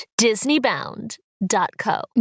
DisneyBound.co